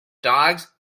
dogs